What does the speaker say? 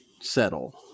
settle